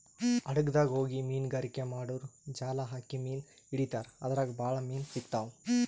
ಹಡಗ್ದಾಗ್ ಹೋಗಿ ಮೀನ್ಗಾರಿಕೆ ಮಾಡೂರು ಜಾಲ್ ಹಾಕಿ ಮೀನ್ ಹಿಡಿತಾರ್ ಅದ್ರಾಗ್ ಭಾಳ್ ಮೀನ್ ಸಿಗ್ತಾವ್